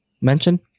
mention